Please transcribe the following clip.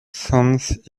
sensed